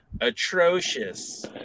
atrocious